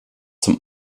zum